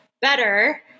better